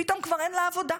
פתאום כבר אין לה עבודה.